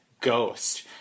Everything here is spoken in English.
ghost